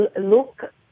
Look